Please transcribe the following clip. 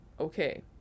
Okay